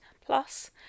Plus